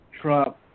Trump